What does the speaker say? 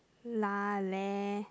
lah leh